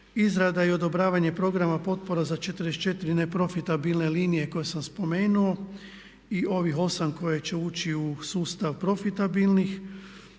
izrada i odobravanje programa potpora za 44 neprofitabilne linije koje sam spomenuo i ovih 8 koje će ući u sustav profitabilnih.